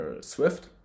Swift